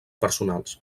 personals